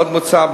עוד מוצע,